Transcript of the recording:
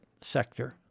sector